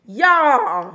Y'all